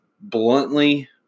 bluntly